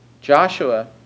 Joshua